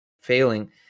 failing